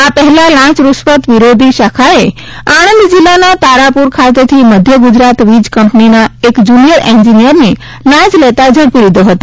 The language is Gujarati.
આ પહેલાં લાંચ રૂશ્વત વિરોધી શાખાએ આણંદ જિલ્લાના તારાપુર ખાતેથી મધ્ય ગુજરાત વીજ કંપનીના એક જૂનિયર એન્જિનિયરને લાંચ લેતાં ઝડપી લીધો હતો